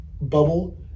bubble